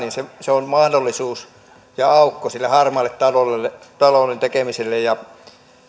se on mahdollisuus ja aukko sille harmaan talouden tekemiselle ja